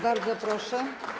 Bardzo proszę.